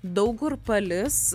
daug kur palis